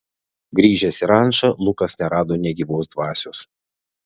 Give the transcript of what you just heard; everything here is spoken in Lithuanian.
grįžęs į rančą lukas nerado nė gyvos dvasios